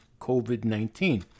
COVID-19